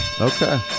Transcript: okay